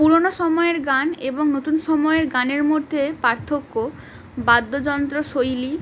পুরোনো সময়ের গান এবং নতুন সময়ের গানের মধ্যে পার্থক্য বাদ্যযন্ত্র শৈলী